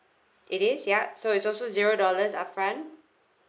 it is yup so it's also zero dollars upfront